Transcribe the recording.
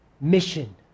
mission